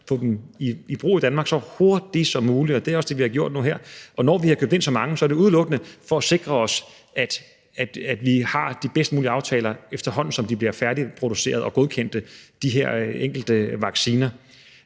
i brug i Danmark så hurtigt som muligt, og det er også det, vi har gjort nu her. Og når vi har indkøbt så mange vacciner, er det udelukkende for at sikre os, at vi har de bedst mulige aftaler, efterhånden som de enkelte vacciner bliver færdigproduceret og godkendt. Og så skal vi